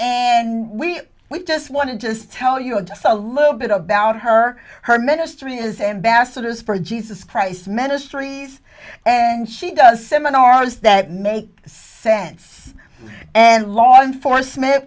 and we we just want to just tell us a little bit about her her ministry is ambassadors for jesus christ ministries and she does seminars that make sense and law enforcement